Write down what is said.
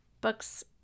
books